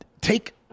take